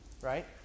right